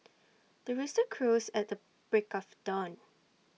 the rooster crows at the break of dawn